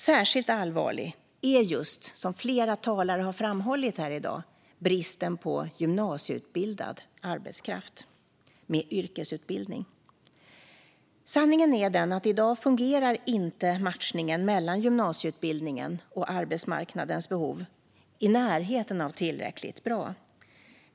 Särskilt allvarlig är, som flera talare har framhållit här i dag, just bristen på gymnasieutbildad arbetskraft med yrkesutbildning. Sanningen är att matchningen mellan gymnasieutbildningen och arbetsmarknadens behov inte fungerar i närheten av tillräckligt bra i dag.